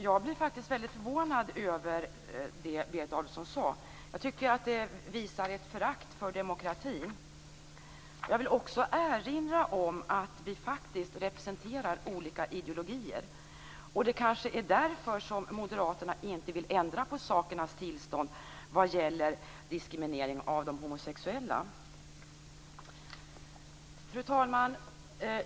Jag blir förvånad över det Berit Adolfsson sade. Det visar ett förakt för demokratin. Jag vill också erinra om att vi faktiskt representerar olika ideologier. Det är kanske därför som moderaterna inte vill ändra på sakernas tillstånd vad gäller diskriminering av de homosexuella. Fru talman!